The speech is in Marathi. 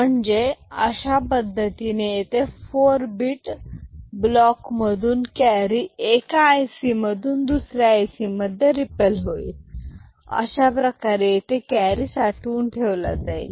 म्हणजे अशा पद्धतीने येथे 4 bit ब्लॉक मधून केरी एका IC मधून दुसऱ्या IC मध्ये रीपल होईल अशा प्रकारे येथे कॅरी साठवून ठेवला जातो